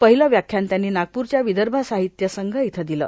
पहिलं व्याख्यान त्यांनी नागप्रच्या विदर्भ साहित्य संघ इथं दिले